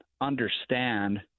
understand